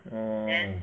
orh